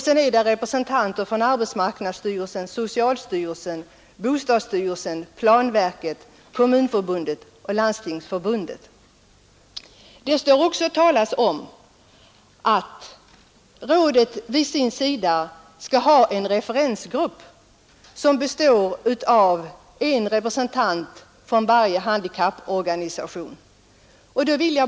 Sedan ingår representanter från arbetsmarknadsstyrelsen, socialstyrelsen, skolöverstyrelsen, bostadsstyrelsen, planverket, Kommunförbundet och Landstingsförbundet. Det står i instruktionen att rådet skall tillsätta en referensgrupp, bestående av en representant från varje handikapporganisation.